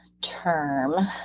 term